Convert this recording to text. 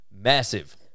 massive